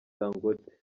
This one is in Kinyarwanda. dangote